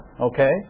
Okay